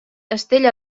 estella